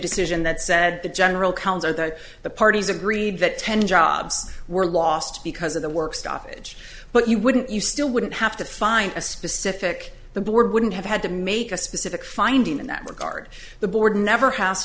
decision that said the general counsel that the parties agreed that ten jobs were lost because of the work stoppage but you wouldn't you still wouldn't have to find a specific the board wouldn't have had to make a specific finding in that regard the board never